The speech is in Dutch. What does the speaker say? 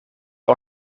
wel